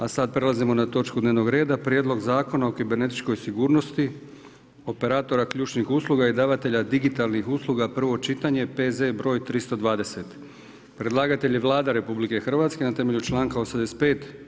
A sad prelazimo na točku dnevnog reda: - Prijedlog Zakona o kibernetičkoj sigurnosti operatora ključnih usluga i davatelja digitalnih usluga, prvo čitanje, P.Z.E. br. 320 Predlagatelj je Vlada RH na temelju članka 85.